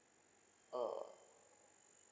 oh